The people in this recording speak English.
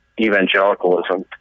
evangelicalism